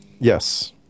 Yes